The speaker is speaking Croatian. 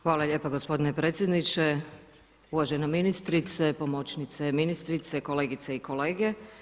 Hvala lijepa gospodine predsjedniče, uvažena ministrice, pomoćnice ministrice, kolegice i kolege.